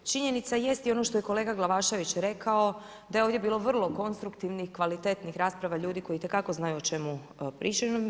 Činjenica jest i ono što je kolega Glavašević rekao da je ovdje bilo vrlo konstruktivnih, kvalitetnih rasprava ljudi koji itekako znaju o čemu pričaju.